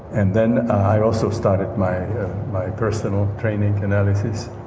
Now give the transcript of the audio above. and then i also started my my personal training analysis,